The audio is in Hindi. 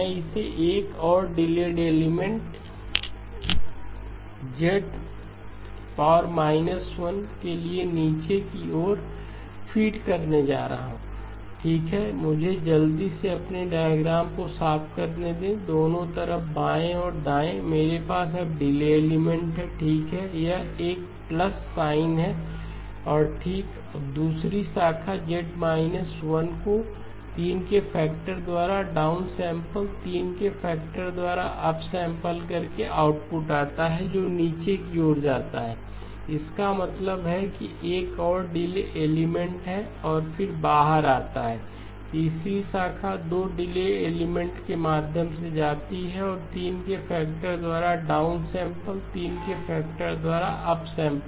मैं इसे एक और डिलेड एलिमेंट Z 1 लिए नीचे की ओर फ़ीडकरने जा रहा हूं